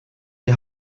die